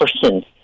person